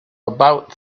about